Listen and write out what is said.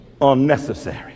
unnecessary